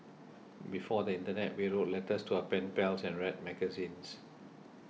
before the internet we wrote letters to our pen pals and read magazines